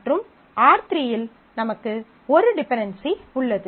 மற்றும் R3 இல் நமக்கு ஒரு டிபென்டென்சி உள்ளது